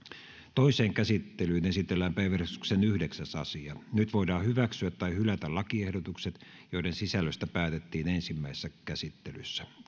toiseen käsittelyyn esitellään päiväjärjestyksen yhdeksäs asia nyt voidaan hyväksyä tai hylätä lakiehdotukset joiden sisällöstä päätettiin ensimmäisessä käsittelyssä